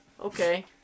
Okay